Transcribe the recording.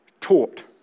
taught